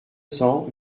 cents